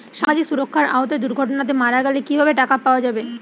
সামাজিক সুরক্ষার আওতায় দুর্ঘটনাতে মারা গেলে কিভাবে টাকা পাওয়া যাবে?